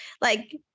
Like-